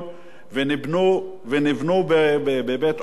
בבית-אורן וביישובים מסביב.